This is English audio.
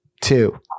two